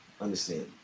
understand